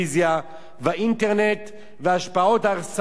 וההשפעות ההרסניות שהיו בכך על הקטינים,